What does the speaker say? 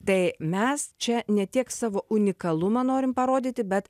tai mes čia ne tiek savo unikalumą norim parodyti bet